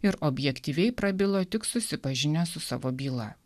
ir objektyviai prabilo tik susipažinęs su savo bylą